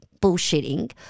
bullshitting